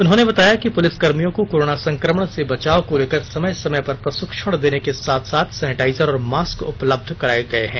उन्होंने बताया कि पुलिस कर्मियों को कोर्राना संक्रमण से बचाव को लेकर समय समय पर प्रशिक्षण देने के साथ सैनिटाइजर और मास्क उपलब्ध कराया गये हैं